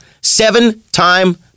Seven-time